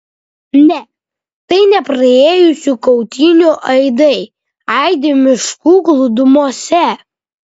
ne tai ne praėjusių kautynių aidai aidi miškų glūdumose